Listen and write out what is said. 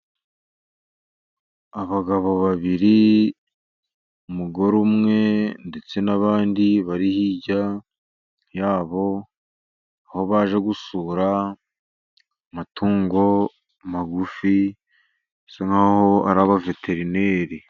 Abagabo babiri umugore umwe ndetse n'abandi bari hirya yabo, aho baje gusura amatungo magufi, bisa nk'aho ari abaveterineri.